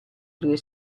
due